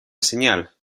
señal